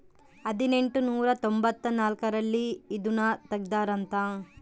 ಹದಿನೆಂಟನೂರ ತೊಂಭತ್ತ ನಾಲ್ಕ್ ರಲ್ಲಿ ಇದುನ ತೆಗ್ದಾರ ಅಂತ